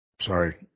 Sorry